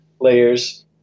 layers